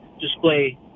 display